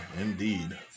indeed